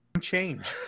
change